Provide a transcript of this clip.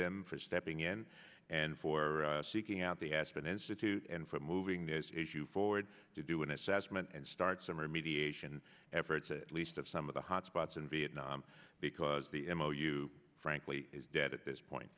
them for stepping in and for seeking out the aspen institute and for moving this issue forward to do an assessment and start some remediation efforts at least of some of the hot spots in vietnam because the ammo you frankly is dead at this point